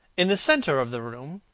in the centre of the room,